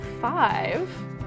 five